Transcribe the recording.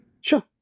Sure